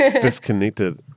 disconnected